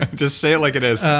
just say it like it is